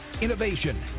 Innovation